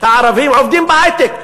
הערבים עובדים בהיי-טק.